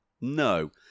No